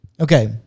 Okay